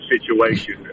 situation